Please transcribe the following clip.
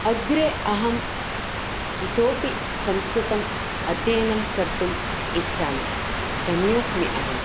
अग्रे अहं इतोऽपि संस्कृतम् अध्ययनं कर्तुं इच्छामि धन्योऽस्मि अहम्